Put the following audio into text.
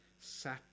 sat